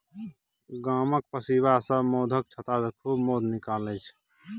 गामक पसीबा सब मौधक छत्तासँ खूब मौध निकालै छै